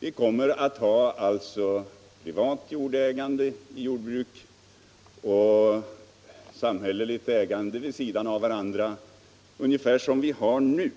Vi kommer alltså att ha privat jordägande i jordbruk och samhälleligt ägande vid sidan av varandra ungefär som vi har nu.